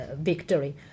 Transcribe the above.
victory